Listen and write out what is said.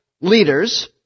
leaders